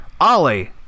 Ollie